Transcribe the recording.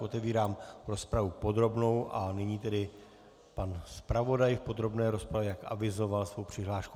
Otevírám rozpravu podrobnou a nyní tedy pan zpravodaj v podrobné rozpravě avizoval svoji přihlášku.